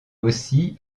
aussi